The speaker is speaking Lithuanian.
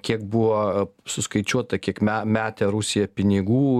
kiek buvo suskaičiuota kiek me metę rusiją pinigų